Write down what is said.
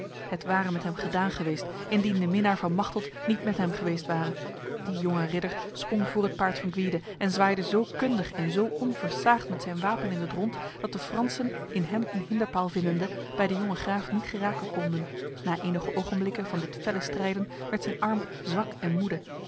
het ware met hem gedaan geweest indien de minnaar van machteld niet met hem geweest ware die jonge ridder sprong voor het paard van gwyde en zwaaide zo kundig en zo onversaagd met zijn wapen in het rond dat de fransen in hem een hinderpaal vindende bij de jonge graaf niet geraken konden na enige ogenblikken van dit felle strijden werd zijn arm zwak en moede